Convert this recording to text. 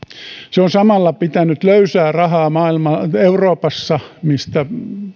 se on samalla pitänyt löysää rahaa euroopassa mistä